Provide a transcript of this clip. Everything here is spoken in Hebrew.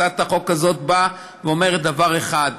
הצעת החוק הזאת באה ואומרת דבר אחד: